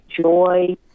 joy